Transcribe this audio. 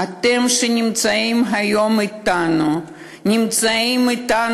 אתם שנמצאים היום אתנו כאן,